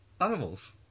animals